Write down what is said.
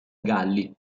galli